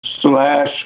slash